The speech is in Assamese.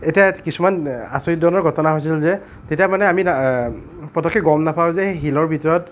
এতিয়া কিছুমান আচৰিত ধৰণৰ ঘটনা হৈছিল যে তেতিয়া মানে আমি পটককৈ গম নাপাওঁ যে শিলৰ ভিতৰত